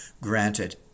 granted